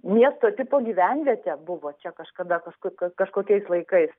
miesto tipo gyvenvietė buvo čia kažkada kažkur kažkokiais laikais